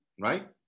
right